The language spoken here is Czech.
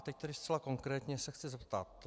Teď tedy zcela konkrétně se chci zeptat.